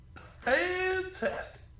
Fantastic